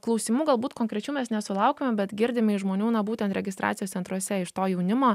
klausimų galbūt konkrečių mes nesulaukiame bet girdime iš žmonių na būtent registracijos centruose iš to jaunimo